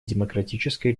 демократической